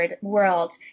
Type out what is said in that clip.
world